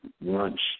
lunch